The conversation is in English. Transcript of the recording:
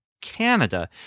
canada